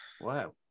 Wow